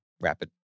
rapid